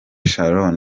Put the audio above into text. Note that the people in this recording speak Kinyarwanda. sharon